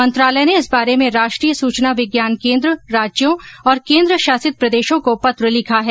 मंत्रालय ने इस बारे में राष्ट्रीय सुचना विज्ञान केन्द्र राज्यों और केन्द्र शासित प्रदेशों को पत्र लिखा है